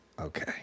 okay